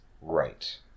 right